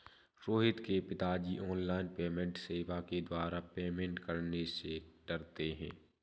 रोहित के पिताजी online payment सेवा के द्वारा पेमेंट करने से डरते हैं